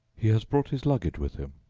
he has brought his luggage with him.